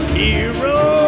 hero